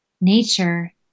nature